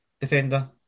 defender